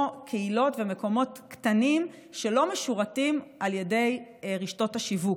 לקהילות ומקומות קטנים שלא משורתים על ידי רשתות השיווק.